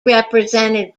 represented